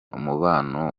umubano